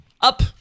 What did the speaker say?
Up